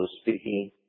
speaking